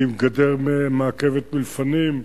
היא עם גדר מעכבת לפנים,